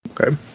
Okay